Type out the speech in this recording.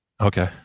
Okay